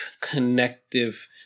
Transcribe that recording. connective